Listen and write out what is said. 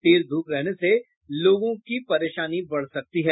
तेज धूप रहने से लोगों की परेशानी बढ़ सकती है